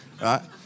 right